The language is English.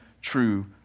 true